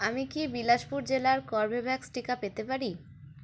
আমি কি বিলাসপুর জেলার কর্বেভ্যাক্স টিকা পেতে পারি